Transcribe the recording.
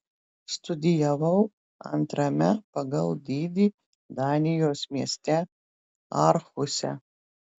studijavau antrame pagal dydį danijos mieste aarhuse